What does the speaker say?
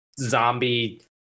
zombie